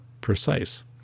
precise